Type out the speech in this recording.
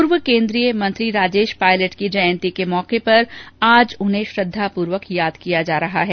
पूर्व केन्द्रीय मंत्री राजेश पायलट की जयंती के मौके पर आज उन्हें श्रद्धापूर्वक याद किया जा रहा है